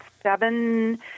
seven